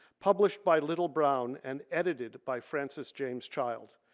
published by little, brown and edited by francis james child.